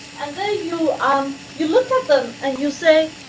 and then you um you look at the and you say,